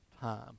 time